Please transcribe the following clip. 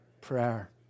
prayer